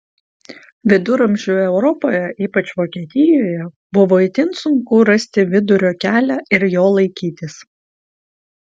viduramžių europoje ypač vokietijoje buvo itin sunku rasti vidurio kelią ir jo laikytis